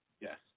Yes